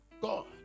God